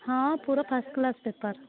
ହଁ ପୁରା first class paper